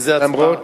איזו הצבעה?